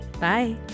Bye